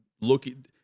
looking